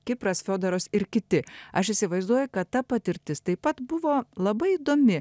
kipras fiodoras ir kiti aš įsivaizduoju kad ta patirtis taip pat buvo labai įdomi